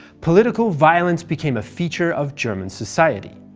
political violence became a feature of german society.